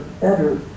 better